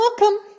welcome